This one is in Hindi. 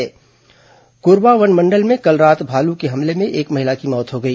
ंकोरबा वन मंडल में कल रात भालू के हमले में एक महिला की मौत हो गई